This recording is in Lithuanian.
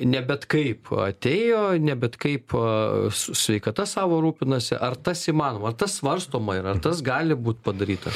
ne bet kaip atėjo ne bet kaip a su sveikata savo rūpinasi ar tas įmanoma ar tas svarstoma ir antas gali būt padaryta